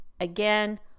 Again